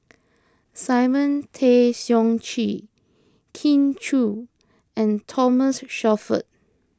Simon Tay Seong Chee Kin Chui and Thomas Shelford